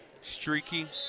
Streaky